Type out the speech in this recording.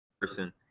person